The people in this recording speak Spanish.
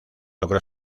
logró